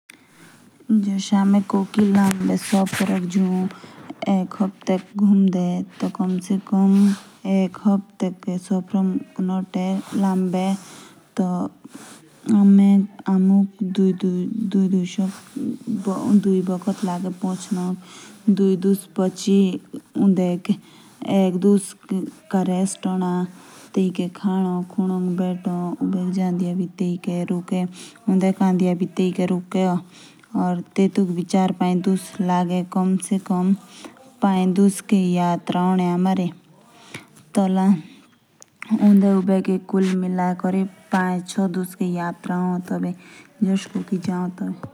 इसी की जे हमें लंबे समय तक घुमले जे हमें लंबी यात्रा पांडे जले। जे हमे एक हफ़्ते के सफ़र मुझे जले लम्बे। टी हमुक दुई दस उबेक लगदे या एक दस आराम क्रदे।